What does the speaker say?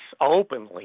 openly